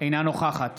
אינה נוכחת